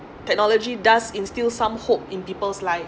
technology does instil some hope in people's life